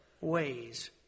ways